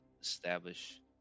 establish